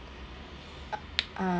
uh